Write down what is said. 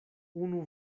unu